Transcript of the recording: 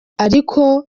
ariko